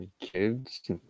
Kids